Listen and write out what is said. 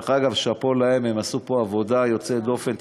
דרך אגב, שאפו להם, הם עשו פה עבודה יוצאת דופן.